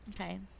Okay